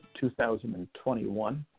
2021